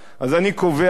אז אני קובע פה